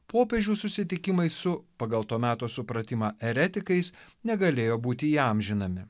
popiežių susitikimai su pagal to meto supratimą eretikais negalėjo būti įamžinami